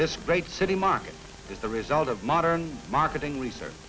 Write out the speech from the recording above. this great city market is the result of modern marketing research